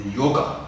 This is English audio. yoga